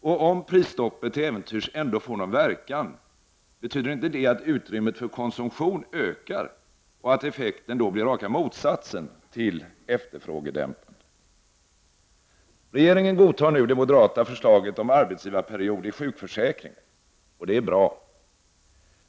Och om prisstoppet till äventyrs ändå får någon verkan, betyder inte det att utrymmet för konsumtion ökar och att effekten då blir raka motsatsen till efterfrågedämpande? försäkringen, och det är bra.